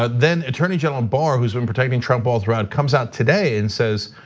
ah then attorney general barr whose been protecting trump all throughout comes out today and says.